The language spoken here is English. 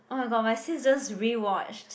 oh my god my sis just rewatched